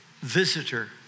visitor